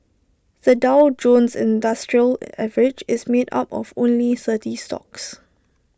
the Dow Jones industrial average is made up of only thirty stocks